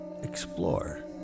explore